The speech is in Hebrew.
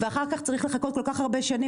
ואחר כך צריך לחכות כל כך הרבה שנים